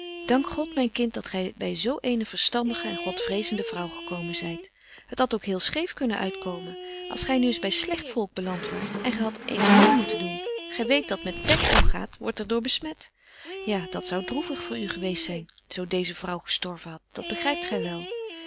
dank god myn kind dat gy by zo eene verstandige en godvrezende vrouw gekomen zyt het hadt ook heel scheef kunnen uitkomen als gy nu eens by slegt volk belant waart en gy hadt eens mêe moeten doen gy weet die met pek omgaat wordt er door besmet ja dat zou droevig voor u geweest zyn zo deeze vrouw gestorven hadt dat begrypt gy wel